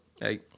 Hey